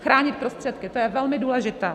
Chránit prostředky to je velmi důležité.